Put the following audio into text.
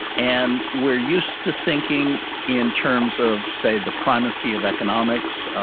and we're used to thinking in terms of say the primacy of economics,